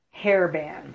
hairband